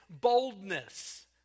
boldness